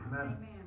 Amen